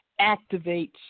activates